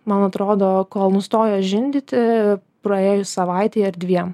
man atrodo kol nustoja žindyti praėjus savaitei ar dviem